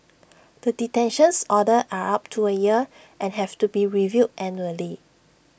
the detentions orders are up to A year and have to be reviewed annually